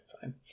fine